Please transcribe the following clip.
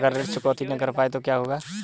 अगर ऋण चुकौती न कर पाए तो क्या होगा?